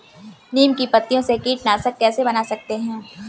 नीम की पत्तियों से कीटनाशक कैसे बना सकते हैं?